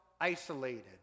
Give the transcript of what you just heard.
isolated